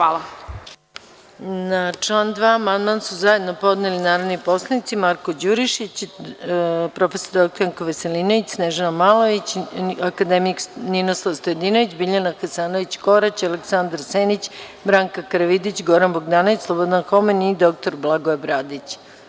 Na član 2. amandman su zajedno podneli narodni poslanici Marko Đurišić, prof. dr Janko Veselinović, Snežana Malović, akademik Ninoslav Stojadinović, Biljana Hasanović – Korać, Aleksandar Senić, Branka Karavidić, Goran Bogdanović, Slobodan Homen i dr Blagoje Bradić.